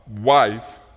wife